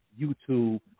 YouTube